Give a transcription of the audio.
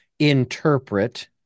interpret